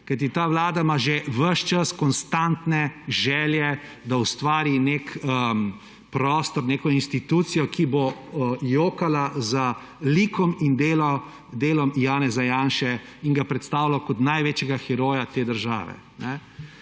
se moti. Ta vlada ima že ves čas konstantne želje, da ustvari nek prostor, neko institucijo, ki bo jokala za likom in delom Janeza Janše in ga predstavila kot največjega heroja te države.